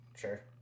Sure